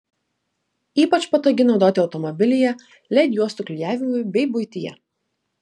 ypač patogi naudoti automobilyje led juostų klijavimui bei buityje